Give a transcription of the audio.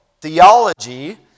theology